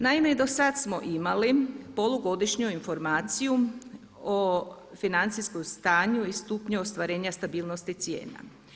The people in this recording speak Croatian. Naime, dosad smo imali polugodišnju informaciju o financijskom stanju i stupnju ostvarenja stabilnosti cijena.